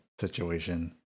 situation